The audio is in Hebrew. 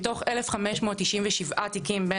מתוך 1,597 תיקים,